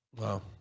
wow